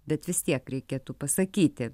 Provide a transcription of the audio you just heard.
bet vis tiek reikėtų pasakyti